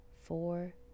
four